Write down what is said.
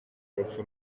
urupfu